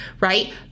right